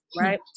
right